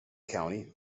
county